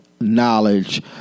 knowledge